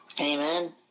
Amen